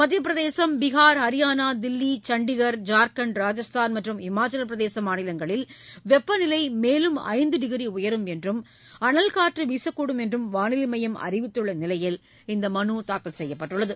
மத்தியப்பிரதேசம் பீஹார் ஹரியானா தில்லி சண்டிகர் ஜார்க்கண்ட் ராஜஸ்தான் மற்றும் ஹிமாச்சலப் பிரதேச மாநிலங்களில் வெப்பநிலை மேலும் ஐந்து டிகிரி உயரும் என்றும் அனல் காற்றும் வீசக்கூடும் என்றும் வானிலை மையம் அறிவித்துள்ள நிலையில் இந்த மனு தாக்கல் செய்யப்பட்டுள்ளது